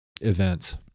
events